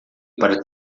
para